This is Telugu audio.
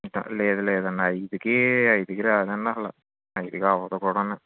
లేదు లేదండి ఐదుకి ఐదుకి రాదండి అలా ఐదుకి అవ్వదు కూడాను